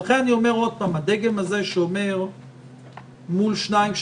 לכן אני אומר שהדגם שאומר מול שניים,